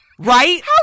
Right